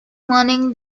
morning